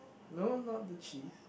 no not the cheese